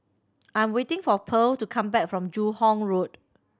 I'm waiting for Pearl to come back from Joo Hong Road